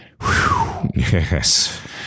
Yes